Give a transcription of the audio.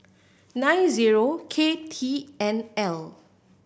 nine zero K T N L